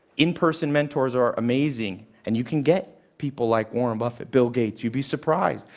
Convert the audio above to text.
in-person mentors are amazing. and you can get people like warren buffet, bill gates. you'd be surprised!